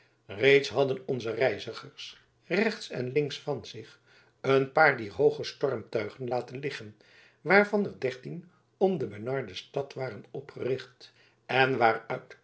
reeds hadden onze reizigers rechts en links van zich een paar dier hooge stormtuigen laten liggen waarvan er dertien om de benarde stad waren opgericht en waaruit